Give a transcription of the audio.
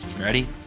Ready